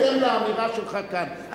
בהתאם לאמירה שלך כאן,